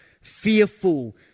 fearful